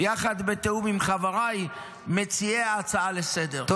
יחד ובתיאום עם חבריי מציעי ההצעה לסדר-היום.